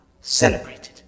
celebrated